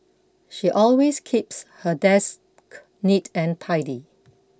she always keeps her desk neat and tidy